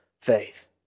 faith